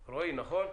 רועי, נכון?